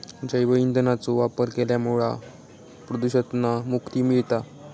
जैव ईंधनाचो वापर केल्यामुळा प्रदुषणातना मुक्ती मिळता